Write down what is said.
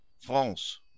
France